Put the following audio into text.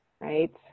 right